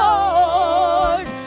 Lord